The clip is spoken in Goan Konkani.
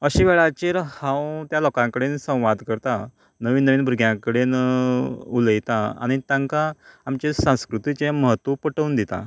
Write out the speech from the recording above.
अशी वेळाचेर हांव त्या लोकां कडेन संवाद करता नवीन नवीन भुरग्यां कडेन उलयता आनी तांकां आमचे संस्कृीतीचें म्हत्व पटोवन दिता